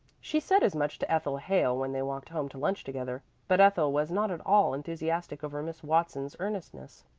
she said as much to ethel hale when they walked home to lunch together, but ethel was not at all enthusiastic over miss watson's earnestness.